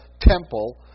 temple